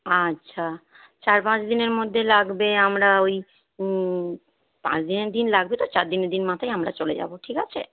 আচ্ছা চার পাঁচ দিনের মধ্যে লাগবে আমরা ওই পাঁচ দিনের দিন লাগবে তো চার দিনের দিন মাথায়ই আমরা চলে যাব ঠিক আছে